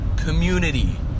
community